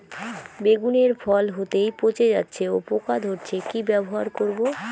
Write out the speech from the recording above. বেগুনের ফল হতেই পচে যাচ্ছে ও পোকা ধরছে কি ব্যবহার করব?